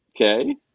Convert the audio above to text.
okay